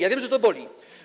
Ja wiem, że to boli.